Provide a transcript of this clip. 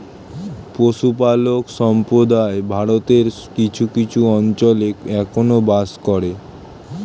পশুপালক সম্প্রদায় ভারতের কিছু কিছু অঞ্চলে এখনো বাস করে